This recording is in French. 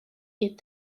est